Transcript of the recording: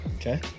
Okay